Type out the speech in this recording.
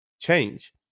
change